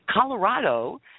Colorado